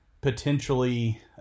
potentially